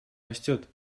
растет